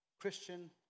Christian